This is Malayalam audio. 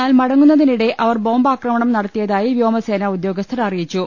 എന്നാൽ മടങ്ങുന്നതിനിടെ അവർ ബോംബാക്രമണം നടത്തിയതായി വ്യോമസേനാ ഉദ്യോഗസ്ഥർ അറിയിച്ചു